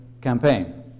campaign